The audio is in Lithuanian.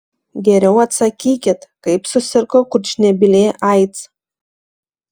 geriau atsakykit kaip susirgo kurčnebylė aids